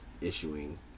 issuing